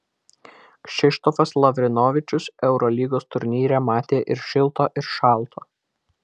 kšištofas lavrinovičius eurolygos turnyre matė ir šilto ir šalto